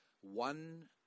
One